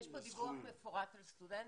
יש פה דיווח מפורט על סטודנטים.